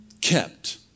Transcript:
kept